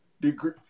degree